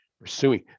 pursuing